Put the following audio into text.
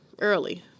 early